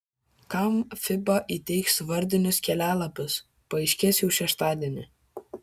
kam fiba įteiks vardinius kelialapius paaiškės jau šeštadienį